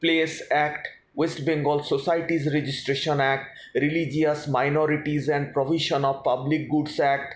place act West Bengal societies registration act religious minority and provision of public goods act